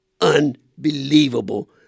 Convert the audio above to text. unbelievable